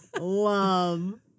love